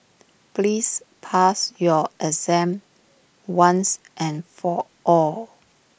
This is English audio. please pass your exam once and for all